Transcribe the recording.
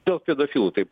tų pedofilų taip